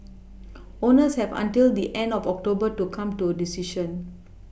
owners have until the end of October to come to a decision